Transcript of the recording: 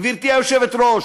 גברתי היושבת-ראש.